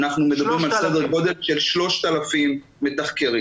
מדובר על סדר גודל של 3,000 מתחקרים